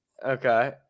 Okay